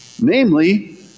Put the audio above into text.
namely